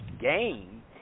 game